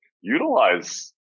utilize